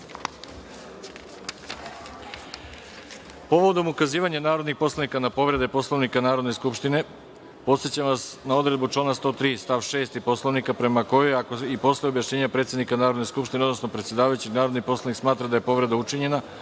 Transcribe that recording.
odluke. Povodom ukazivanja narodnih poslanika na povrede Poslovnika Narodne skupštine, podsećam vas na odredbu člana 103. stav 6. Poslovnika, prema kojoj ako i posle objašnjenja predsednika Narodne skupštine, odnosno predsedavajućeg, narodni poslanik smatra da je povreda učinjena,